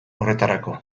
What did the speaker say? horretarako